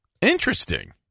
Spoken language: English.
Interesting